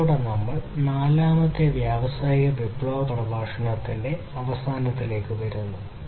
ഇതോടെ നമ്മൾനാലാമത്തെ വ്യാവസായിക വിപ്ലവ പ്രഭാഷണത്തിന്റെ അവസാനത്തിലേക്ക് വരുന്നു